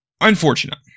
Unfortunate